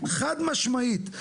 חד משמעית.